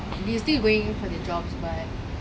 they still going for the jobs but